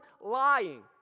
lying